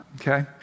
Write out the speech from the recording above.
okay